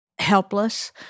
helpless